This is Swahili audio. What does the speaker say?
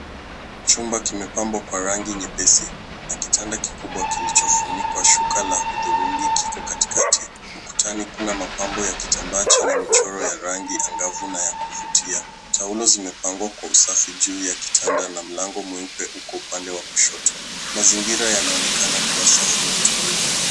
Chumba kimepambwa kwa rangi nyepesi na kitanda kikubwa kilichofunikwa shuka la hudhurungi kiko katikati. Ukutani kuna mapambo ya kitambaa chenye michoro ya rangi angavu na ya kuvutia. Taulo zimepangwa kwa usafi juu ya kitanda na mlango mweupe uko upande wa kushoto. Mazingira yanaonekana kuwa safi na tulivu.